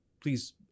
please